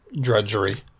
drudgery